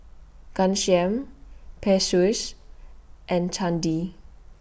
Ghanshyam Peyush and Chandi